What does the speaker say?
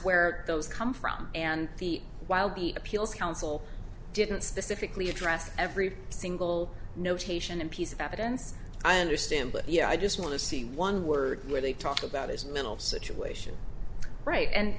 where those come from and the while the appeals council didn't specifically address every single notation and piece of evidence i understand but you know i just want to see one word where they talk about as little situation right and